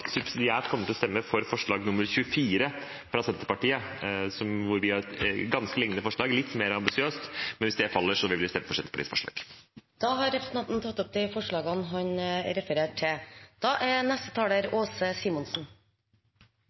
subsidiært kommer til å stemme for forslag nr. 24, fra Senterpartiet. Vi har et ganske lignende forslag, litt mer ambisiøst, men hvis det faller, vil vi stemme for Senterpartiets forslag. Representanten Åsmund Aukrust har tatt opp de forslagene han refererte til.